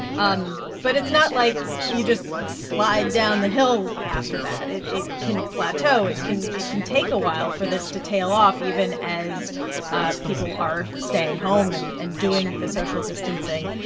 um but it's not like you just slide down the hill after that. it it can plateau. it can it can take a while for this to tail off even as ah people are staying home and and doing the social distancing.